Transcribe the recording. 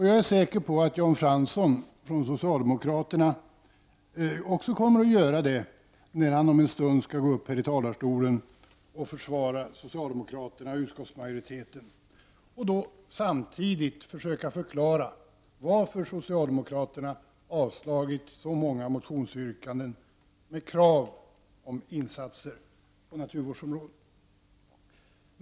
Jag är säker på att Jan Fransson från socialdemokraterna också kommer att göra det när han om en stund skall stiga upp här i talarstolen och försvara socialdemokraterna och utskottsmajoriteten och samtidigt försöka förklara varför socialdemokraterna avstyrkt så många motionsyrkanden med krav på insatser på naturvårdsområdet.